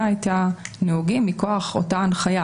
הייתה שהם נוגעים מכוח אותה הנחייה.